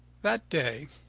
that day,